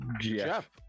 Jeff